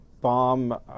bomb